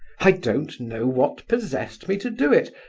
i don't know what possessed me to do it,